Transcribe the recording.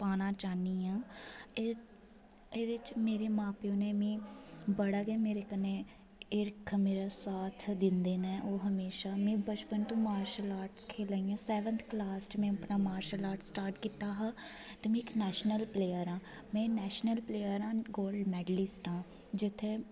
पाना चाह्न्नीं आं एह्दे च मेरे मां प्योऽ ने मिगी बड़ा गै मेरे कन्नै हिरख मेरा साथ दिंदे न ओह् हमेशा मिगी बचपन तों मार्शल आर्ट खे'ल्लां दी आं सेवन्थ क्लॉस तो में अपना मार्शल आर्ट स्टार्ट कीता हा ते में इक नेशनल प्लेयर आं में नेशनल प्लेयर आं गोल्ड मेडलिस्ट आं जि'त्थें